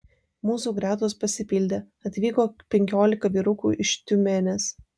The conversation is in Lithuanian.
mūsų gretos pasipildė atvyko penkiolika vyrukų iš tiumenės